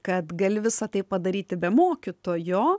kad gali visa tai padaryti be mokytojo